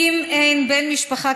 אם אין בן משפחה,